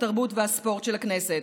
התרבות והספורט של הכנסת,